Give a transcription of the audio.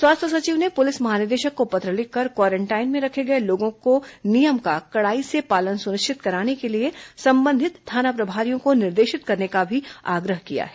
स्वास्थ्य सचिव ने पुलिस महानिदेशक को पत्र लिखकर क्वारेंटाइन में रखे गए लोगों को नियम का कड़ाई से पालन सुनिश्चित कराने के लिए संबंधित थाना प्रभारियों को निर्देशित करने का भी आग्रह किया है